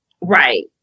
Right